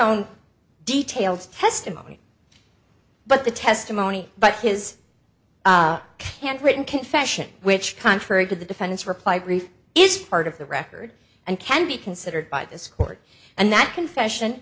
own detailed testimony but the testimony but his can't written confession which contrary to the defendant's reply brief is part of the record and can be considered by this court and that confession